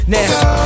Now